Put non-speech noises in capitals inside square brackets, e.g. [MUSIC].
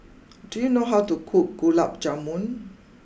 [NOISE] do you know how to cook Gulab Jamun